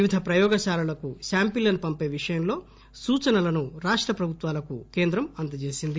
వివిధ ప్రయోగశాలలకు శాంఫిళ్లను పంపే విషయంలో సూచనలను రాష్ట ప్రభుత్వాలకు కేంద్రం అందజేసింది